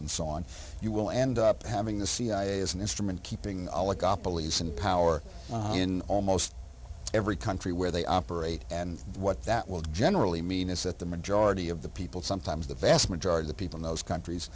and so on you will end up having the cia as an instrument keeping oligopolies in power in almost every country where they operate and what that will generally mean is that the majority of the people sometimes the vast majority of people in those countries